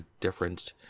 difference